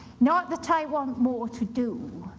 not that i want more to do,